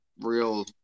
real